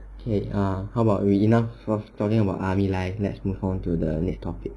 okay ah how about we enough talking about army life like let's move onto the next topic